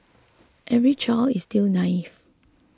every child is still naive